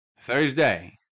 Thursday